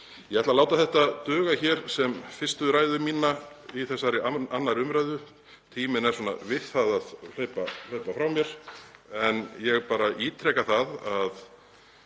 Ég ætla að láta þetta duga hér sem fyrstu ræðu mína í þessari 2. umr. Tíminn er við það að hlaupa frá mér. Ég bara ítreka það,